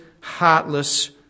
heartless